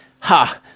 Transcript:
Ha